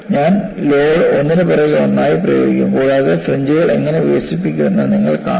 ഞാൻ ലോഡ് ഒന്നിനുപുറകെ ഒന്നായി പ്രയോഗിക്കും കൂടാതെ ഫ്രിഞ്ച്കൾ എങ്ങനെ വികസിക്കുന്നുവെന്ന് നിങ്ങൾ കാണും